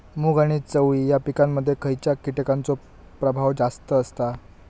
मूग आणि चवळी या पिकांमध्ये खैयच्या कीटकांचो प्रभाव जास्त असता?